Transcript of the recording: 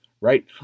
right